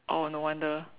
oh no wonder